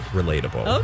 relatable